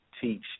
Teach